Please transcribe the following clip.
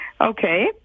Okay